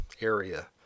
area